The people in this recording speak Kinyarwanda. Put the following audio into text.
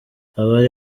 abari